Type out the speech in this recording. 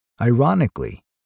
Ironically